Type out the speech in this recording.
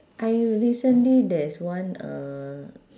I recently there's one uh